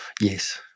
Yes